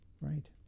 right